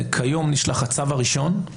כיום נשלח הצו הראשון.